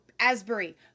Asbury